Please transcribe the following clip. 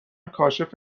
کاشف